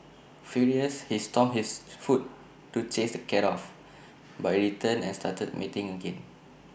furious he stomped his foot to chase the cat off but IT returned and started mating again